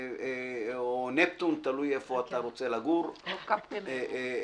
או נפטון תלוי איפה אתה רוצה לגור או